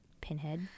Pinhead